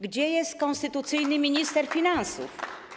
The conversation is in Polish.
Gdzie jest konstytucyjny minister finansów?